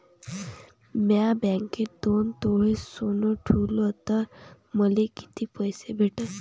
म्या बँकेत दोन तोळे सोनं ठुलं तर मले किती पैसे भेटन